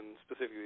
specifically